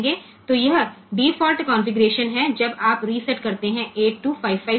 तो यह default configuration है जब आप रीसेट करते हैं 8255 चिपको